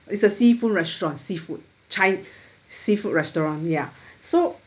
it's a seafood restaurant seafood chi~ seafood restaurant ya so